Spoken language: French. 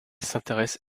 s’intéresse